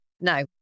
No